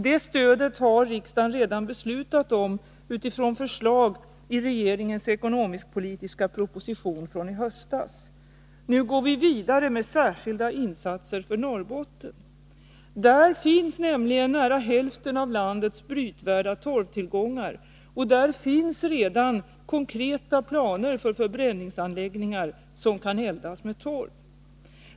Det stödet har riksdagen redan beslutat om utifrån förslag i regeringens ekonomiskpolitiska proposition från i höstas. Nu går vi vidare med särskilda insatser för Norrbotten. Där finns nämligen nära hälften av landets brytvärda torvtillgångar, och där finns redan konkreta planer för förbränningsanläggningar som kan eldas med torv.